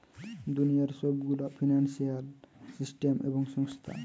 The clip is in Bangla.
দুনিয়ার সব গুলা ফিন্সিয়াল সিস্টেম এবং সংস্থা